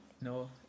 No